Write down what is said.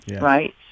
right